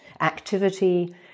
activity